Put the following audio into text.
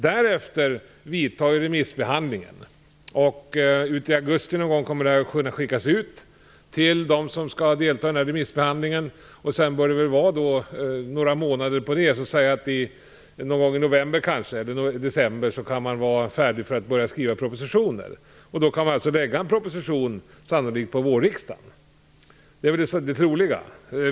Därefter vidtar remissbehandlingen. I augusti någon gång kommer betänkandet att kunna skickas ut till dem som skall delta i remissbehandlingen. Sedan bör man lägga till några månader, så någon gång i november eller i december kan man vara färdig att börja skriva propositionen. Då kan man lägga fram en proposition för vårriksdagen. Det är det troliga.